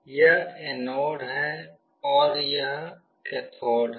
यह एनोड है और यह कैथोड है